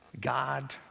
God